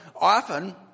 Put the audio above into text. often